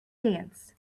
dance